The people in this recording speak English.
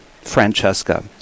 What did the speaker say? Francesca